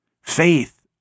Faith